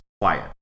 quiet